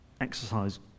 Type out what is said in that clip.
exercise